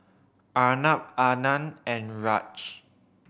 Arnab Anand and Raj